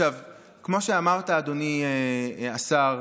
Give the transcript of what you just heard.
כמו שאמרת, אדוני השר,